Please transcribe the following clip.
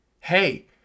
hey